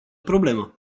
problemă